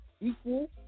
equal